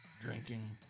drinking